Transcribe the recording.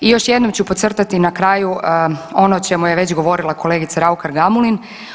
I još jednom ću podcrtati na kraju ono o čemu je već govorila kolegica Raukar Gamulin.